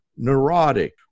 neurotic